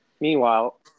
Meanwhile